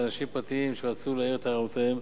אנשים פרטיים שרצו להעיר את הערותיהם.